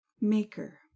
maker